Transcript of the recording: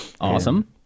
Awesome